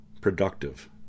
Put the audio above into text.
productive